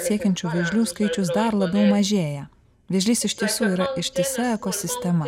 siekiančių vėžlių skaičius dar labiau mažėja vėžlys iš tiesų yra ištisa ekosistema